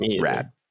rad